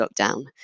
lockdown